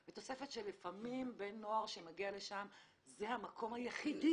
תוספת שלפעמים בן נוער שמגיע לשם זה המקום היחידי